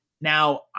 Now